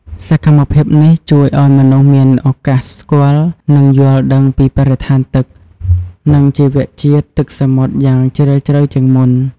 សកម្មភាពនេះជួយឲ្យមនុស្សមានឱកាសស្គាល់ និងយល់ដឹងពីបរិស្ថានទឹក និងជីវៈជាតិទឹកសមុទ្រយ៉ាងជ្រាលជ្រៅជាងមុន។